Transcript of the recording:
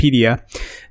wikipedia